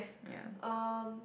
um